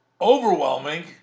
overwhelming